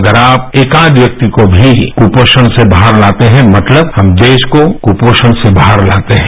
अगर आप एकाघ व्यक्ति को भी कुपोषण से बाहर लाते हैं मतलब हम देश को कुपोषण से बाहर लाते हैं